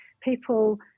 people